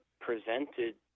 presented